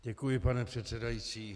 Děkuji, pane předsedající.